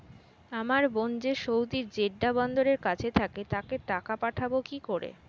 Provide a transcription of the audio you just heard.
আমার বোন যে সৌদির জেড্ডা বন্দরের কাছে থাকে তাকে টাকা পাঠাবো কি করে?